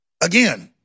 again